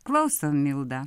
klausom milda